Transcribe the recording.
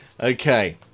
okay